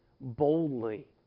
Boldly